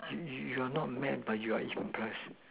you you you are not mad but you are impressed